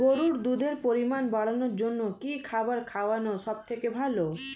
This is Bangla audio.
গরুর দুধের পরিমাণ বাড়ানোর জন্য কি খাবার খাওয়ানো সবথেকে ভালো?